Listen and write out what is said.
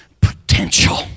potential